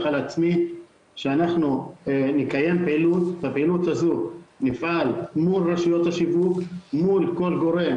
על עצמי שאנחנו נקיים פעילות ונפעל מול רשתות השיווק ומול כל גורם.